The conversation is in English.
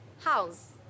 House